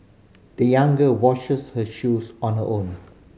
the young girl washes her shoes on her own